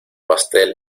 pastel